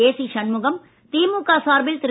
AC Shanmugam திமுக சார்பில் திரு